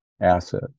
asset